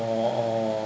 or or